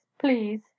please